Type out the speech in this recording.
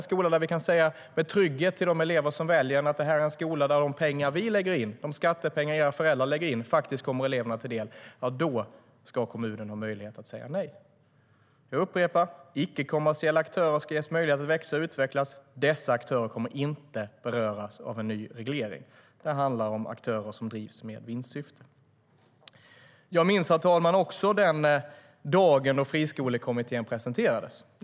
Kan vi med trygghet säga till de elever som väljer den här skolan att det är en skola där de pengar vi lägger in, de skattepengar som deras föräldrar lägger in, faktiskt kommer eleverna till del? Jag minns, herr talman, den dag då Friskolekommitténs betänkande presenterades.